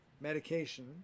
medication